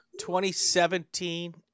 2017